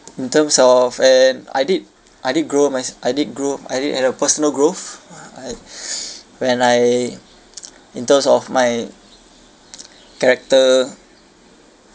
in terms of and I did I did grow mys~ I did grow I did had a personal growth uh like when I in terms of my character